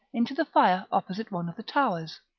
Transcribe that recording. into the fire opposite one of the towers.